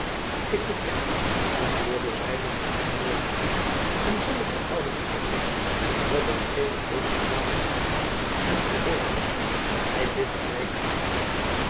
ik beken antwoordde zy met een gesmoorde stem en zonder van houding te veranderen dat hetgeen ik heden avond gezien en gehoord heb my bitter lijden doet